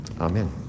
Amen